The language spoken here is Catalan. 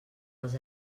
els